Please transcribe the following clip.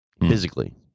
physically